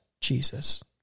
Jesus